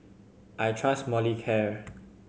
I trust Molicare